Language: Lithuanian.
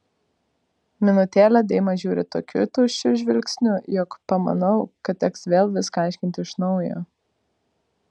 minutėlę deima žiūri tokiu tuščiu žvilgsniu jog pamanau kad teks vėl viską aiškinti iš naujo